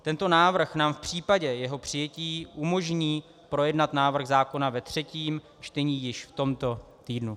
Tento návrh nám v případě jeho přijetí umožní projednat návrh zákona ve třetím čtení již v tomto týdnu.